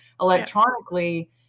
electronically